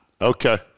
Okay